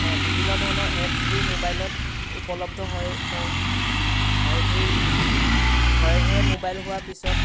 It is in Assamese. বিভিন্ন ধৰণৰ এপছবোৰ মোবাইলত উপলব্ধ হয় হয় আৰু সেই ঘৰে ঘৰে মোবাইল হোৱাৰ পিছত